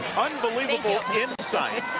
unbelievable insight